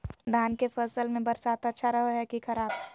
धान के फसल में बरसात अच्छा रहो है कि खराब?